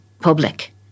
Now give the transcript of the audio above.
public